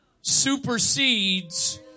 supersedes